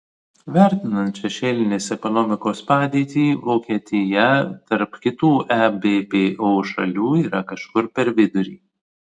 vertinant šešėlinės ekonomikos padėtį vokietija tarp kitų ebpo šalių yra kažkur per vidurį